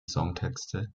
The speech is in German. songtexte